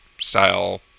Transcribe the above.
style